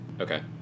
Okay